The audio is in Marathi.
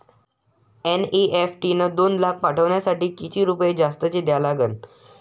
एन.ई.एफ.टी न दोन लाख पाठवासाठी किती रुपये जास्तचे द्या लागन?